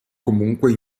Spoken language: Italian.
comunque